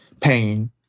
pain